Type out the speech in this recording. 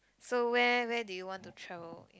so where where do you want to travel